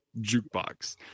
jukebox